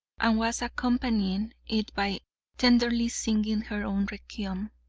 and was accompanying it by tenderly singing her own requiem.